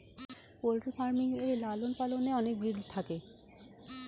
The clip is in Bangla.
পোল্ট্রি ফার্মিং এ লালন পালনে অনেক ব্রিড থাকে